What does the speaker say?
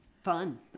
Fun